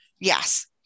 yes